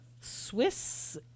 Swiss